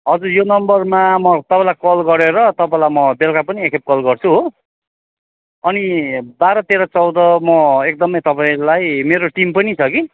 हजुर यो नम्बरमा म तपाईँलाई कल गरेर तपाईँलाई म बेलुका पनि एकखेप कल गर्छु हो अनि बाह्र तेह्र चौध म एकदमै तपाईँलाई मेरो टिम पनि छ कि